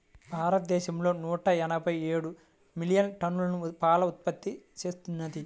భారతదేశం నూట ఎనభై ఏడు మిలియన్ టన్నుల పాలను ఉత్పత్తి చేస్తున్నది